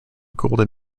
golden